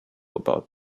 about